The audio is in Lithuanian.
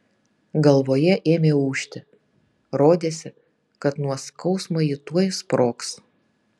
galvoje ėmė ūžti rodėsi kad nuo skausmo ji tuoj sprogs